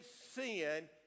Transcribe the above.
sin